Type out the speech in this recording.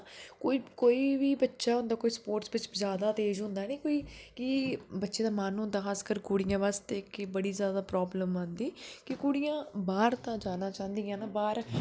कोई बी बच्चा होदा स्पोर्टस बिच ज्यादा तेज होंदा है नी कोई कि बच्चे दा मन होंदा खास कर कुड़ियां बास्तै कि बड़ी ज्यादा प्राव्लम आंदी कि कुड़ियां बाहर दे जाना चाहंदी ना बाहर